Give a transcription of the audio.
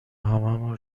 هممون